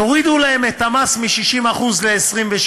תורידו להן את המס מ-60% ל-27%.